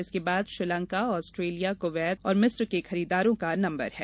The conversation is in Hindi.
इसके बाद श्रीलंका ऑस्ट्रेलिया कुवैत और मिस्र के खरीदारों का नम्बर है